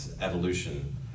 evolution